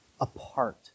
apart